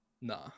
Nah